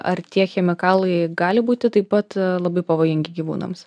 ar tie chemikalai gali būti taip pat labai pavojingi gyvūnams